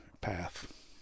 path